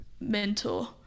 mentor